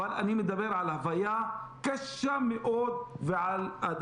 אבל אני מדבר על הוויה קשה מאוד והדבר